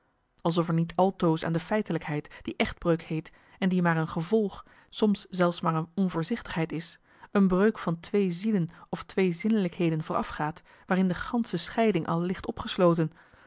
alsof er niet altoos aan de feitelijkheid die echtbreuk heet en die maar een gevolg soms zelfs maar een onvoorzichtigheid is een breuk van twee zielen of twee zinnelijkheden voorafgaat waarin de gansche scheiding al ligt op opgesloten